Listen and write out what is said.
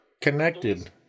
connected